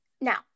Now